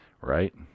Right